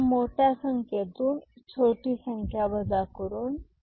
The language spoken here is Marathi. आता मोठ्या संख्येतून छोटी संख्या वजा करून